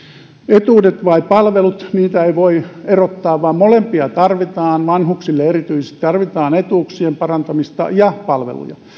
etuudet vai palvelut niitä ei voi erottaa vaan molempia tarvitaan vanhuksille erityisesti tarvitaan etuuksien parantamista ja palveluja